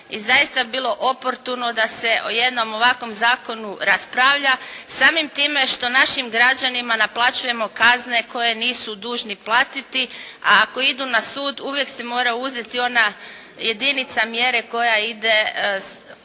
I zaista bi bilo oportuno da se o jednom ovakvom zakonu raspravlja, samim time što našim građanima naplaćujemo kazne koje nisu dužni platiti. A ako idu na sud uvijek se mora uzeti ona jedinica mjere koja ide